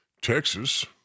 Texas